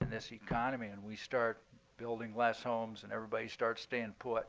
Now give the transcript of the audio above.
in this economy and we start building less homes and everybody starts staying put,